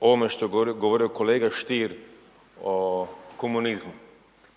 ovome što je govorio kolega Stier o komunizmu.